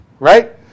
Right